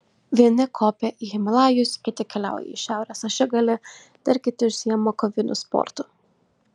vieni kopia į himalajus kiti keliauja į šiaurės ašigalį dar kiti užsiima koviniu sportu